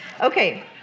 Okay